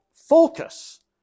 Focus